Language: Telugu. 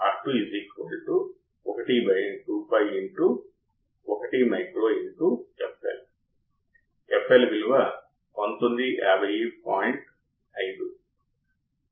ఇప్పుడు ఇన్పుట్ ఇంపిడెన్స్ అనంతం మరియు సాధారణంగా ఒక మెగా ఓం కంటే ఎక్కువగా ఉంటుంది కాని ఇన్పుట్ దశ కోసం FET లను ఉపయోగించడం ద్వారా మనం ఫీల్డ్ ఎఫెక్ట్ ట్రాన్సిస్టర్ని ఉపయోగించినప్పుడు మీరు చూసే అనేక మెగా ఓమ్లకు పెంచవచ్చు